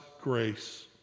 grace